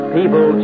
people